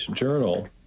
journal